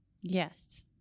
Yes